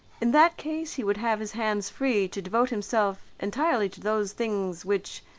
in that case he would have his hands free to devote himself entirely to those things, which